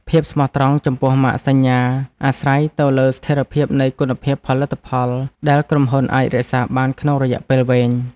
ភាពស្មោះត្រង់ចំពោះម៉ាកសញ្ញាអាស្រ័យទៅលើស្ថិរភាពនៃគុណភាពផលិតផលដែលក្រុមហ៊ុនអាចរក្សាបានក្នុងរយៈពេលវែង។